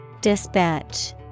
Dispatch